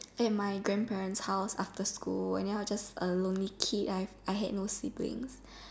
at my grandparents house after school and then I was just a lonely kid I have I had no sibling